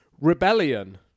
Rebellion